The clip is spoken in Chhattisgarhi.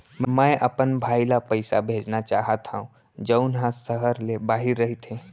मै अपन भाई ला पइसा भेजना चाहत हव जऊन हा सहर ले बाहिर रहीथे